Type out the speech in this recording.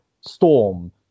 Storm